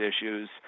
issues